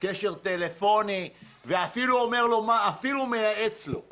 קשר טלפוני ואפילו מייעץ לו,